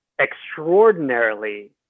extraordinarily